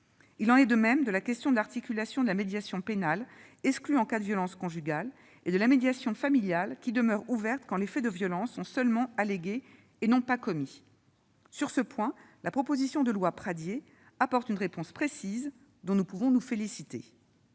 Il en est de même de la question de l'articulation de la médiation pénale, exclue en cas de violences conjugales, et de la médiation familiale, option qui demeure ouverte quand les faits de violences sont seulement allégués et non pas commis. Sur ce point, la proposition de loi Pradié apporte une réponse précise, dont nous pouvons nous féliciter.